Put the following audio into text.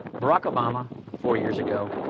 barack obama, four years ago,